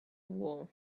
war